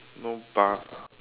no bus ah